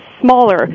smaller